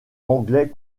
anglais